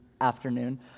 afternoon